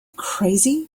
crazy